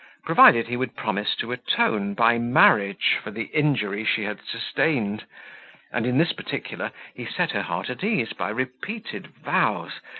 provided he would promise to atone by marriage for the injury she had sustained and in this particular he set her heart at ease by repeated vows,